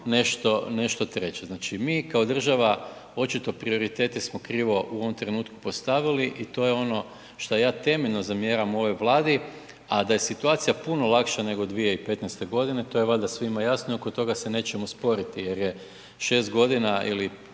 nešto treće. Znači mi kao država očito prioritete smo krivo u ovom trenutku postavili i to je ono što ja temeljno zamjeram ovoj Vladi, a da je situacija puno lakša nego 2015. godine to je valjda svima jasno i oko toga se nećemo sporiti jer je 6 godina ili